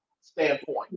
standpoint